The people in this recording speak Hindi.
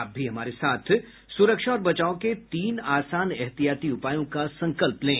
आप भी हमारे साथ सुरक्षा और बचाव के तीन आसान एहतियाती उपायों का संकल्प लें